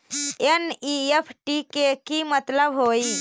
NEFT के कि मतलब होइ?